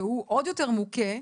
שהוא עוד יותר מוכה,